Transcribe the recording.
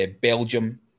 Belgium